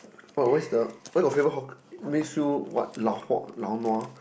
what where's the where got favourite hawkermakes you what lao hock lao nua